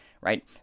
right